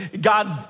God's